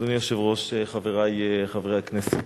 אדוני היושב-ראש, חברי חברי הכנסת,